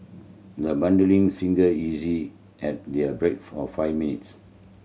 the budding singer easy held their breath for five minutes